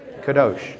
Kadosh